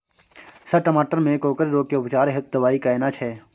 Sir टमाटर में कोकरि रोग के उपचार हेतु दवाई केना छैय?